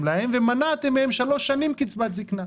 להן ומנעתם מהן שלוש שנים קצבת זקנה.